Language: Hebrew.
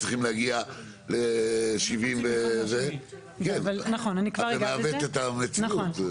אתה מעוות את המציאות.